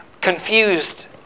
confused